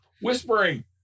whispering